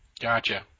Gotcha